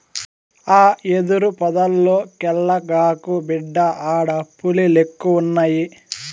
ఆ యెదురు పొదల్లోకెల్లగాకు, బిడ్డా ఆడ పులిలెక్కువున్నయి